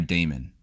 Damon